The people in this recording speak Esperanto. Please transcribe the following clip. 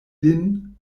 lin